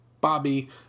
Bobby